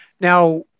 Now